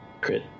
Crit